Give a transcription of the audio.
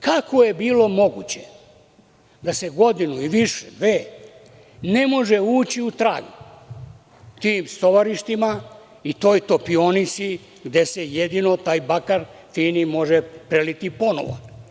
Kako je bilo moguće da se godinu i više, dve ne može ući u trag tim stovarištima i toj topionici gde se jedino taj fini bakar može preliti ponovo?